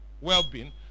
well-being